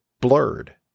blurred